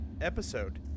episode